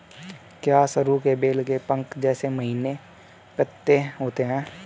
क्या सरु के बेल के पंख जैसे महीन पत्ते होते हैं?